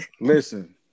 Listen